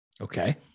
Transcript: Okay